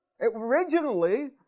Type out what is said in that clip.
Originally